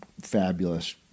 fabulous